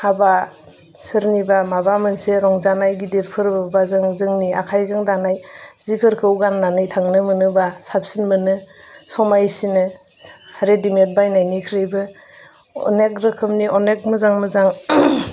हाबा सोरनिबा माबा मोनसे रंजानाय गिदिरफोर बा जों जोंनि आखाइजों दानाय जिफोरखौ गाननानै थांनो मोनोबा साबसिन मोनो समायसिनो रेदिमेद बायनायनिख्रुयबो अनेग रोखोमनि अनेग मोजां मोजां